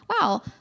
Wow